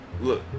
look